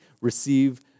receive